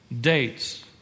dates